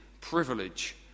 privilege